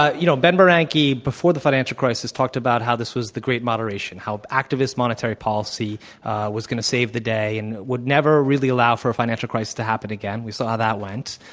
ah you know, ben bernanke, before the financial crisis, talked about how this was the great moderation, how activist monetary policy was going to save the day and would never really allow for a financial crisis to happen again. we saw how that went.